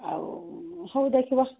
ଆଉ ହଉ ଦେଖିବା